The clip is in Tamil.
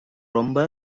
ரொம்ப